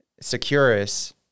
Securus